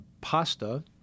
pasta